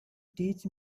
teach